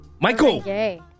Michael